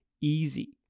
easy